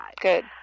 Good